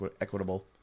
equitable